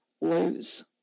lose